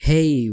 Hey